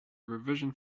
revision